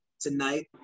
tonight